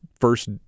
first